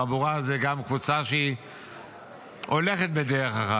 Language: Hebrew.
חבורה זה גם קבוצה שהולכת בדרך אחת.